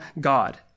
God